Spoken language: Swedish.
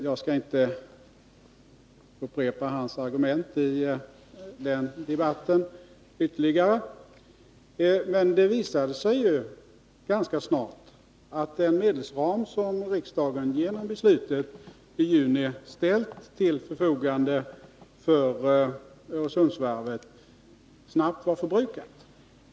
Jag skall inte upprepa industriministerns argumenti den debatten, men det visade sig ju ganska snart att de medel som riksdagen genom beslutet i juni hade ställt till förfogande för Öresundsvarvet snabbt var förbrukade.